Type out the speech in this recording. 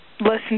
listen